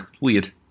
Weird